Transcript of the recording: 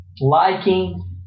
liking